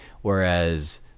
Whereas